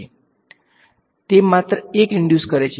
વિદ્યાર્થી તે માત્ર 1 ઈંડ્યુસ કરે છે